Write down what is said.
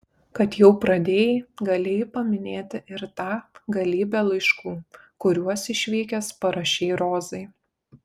kad jau pradėjai galėjai paminėti ir tą galybę laiškų kuriuos išvykęs parašei rozai